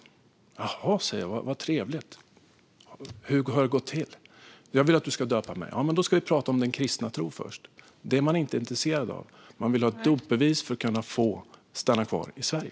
Då säger jag: Jaha, vad trevligt! Hur har det gått till? Ja, men då ska vi prata om den kristna tron först. Det är man inte intresserad av. Man vill ha ett dopbevis för att kunna få stanna kvar i Sverige.